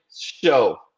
Show